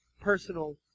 personal